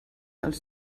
els